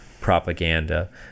Propaganda